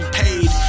paid